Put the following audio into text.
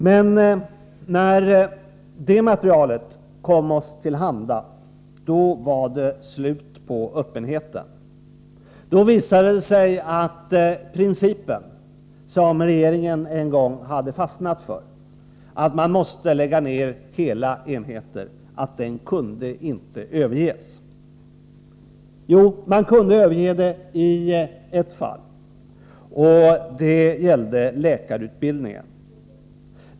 Men när det materialet kom oss till handa, var det slut på öppenheten. Då visade det sig att principen som regeringen en gång hade fastnat för, att man måste lägga ner hela enheter, inte kunde överges. Jo, man kunde överge den i ett fall, och det gällde läkarutbildningen.